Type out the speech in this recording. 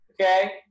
okay